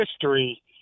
history